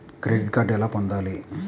Credit card ఎలా పొందాలి?